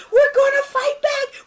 we're going to fight back.